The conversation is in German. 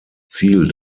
ziel